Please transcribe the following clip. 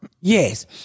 yes